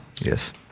Yes